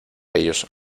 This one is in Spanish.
ellos